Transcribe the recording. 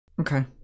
Okay